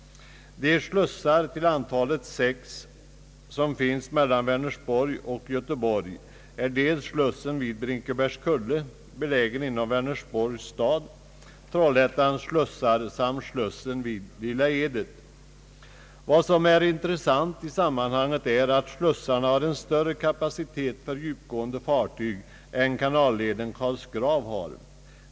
De slussar, till antalet sex, som finns mellan Vänersborg och Göteborg är: slussen vid Brinkebergskulle, belägen inom Vänersborgs stad, Trollhätte slussar samt slussen vid Lilla Edet. Det intressanta i sammanhanget är alt slussarna har större kapacitet för djupgående fartyg än vad kanalleden Karlsgrav har.